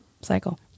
cycle